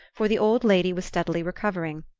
for the old lady was steadily recovering,